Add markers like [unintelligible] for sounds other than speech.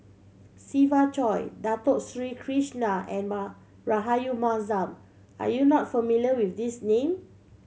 Siva Choy Dato Sri Krishna and [unintelligible] Rahayu Mahzam are you not familiar with these name